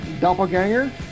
doppelganger